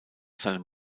seinem